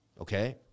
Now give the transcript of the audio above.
Okay